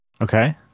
Okay